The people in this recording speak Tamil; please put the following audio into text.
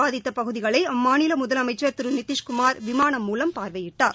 பாதித்தபகுதிகளைஅம்மாநிலமுதலமைச்சர் வெள்ளம் திருநிதிஷ்குமார் விமானம் மூலம் பார்வையிட்டார்